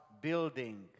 building